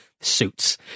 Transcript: suits